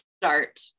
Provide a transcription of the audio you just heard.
start